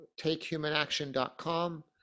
takehumanaction.com